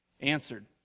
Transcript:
answered